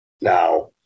now